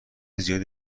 زیادی